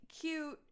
cute